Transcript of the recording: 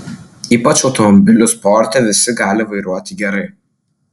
ypač automobilių sporte visi gali vairuoti gerai